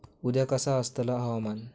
उद्या कसा आसतला हवामान?